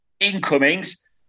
Incomings